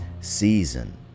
season